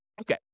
Okay